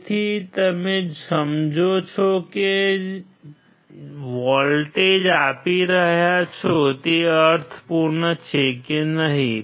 તેથી તમે સમજો છો કે તમે જે વોલ્ટેજ આપી રહ્યા છો તે અર્થપૂર્ણ છે કે નહીં